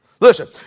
Listen